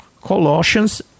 Colossians